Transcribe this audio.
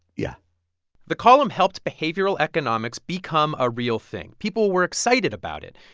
yeah the column helped behavioral economics become a real thing. people were excited about it.